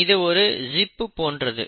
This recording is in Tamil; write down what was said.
இது ஒரு ஜிப் போன்றது